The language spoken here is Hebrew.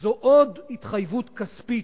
זו עוד התחייבות כספית